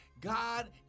God